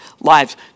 lives